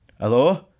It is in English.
Hello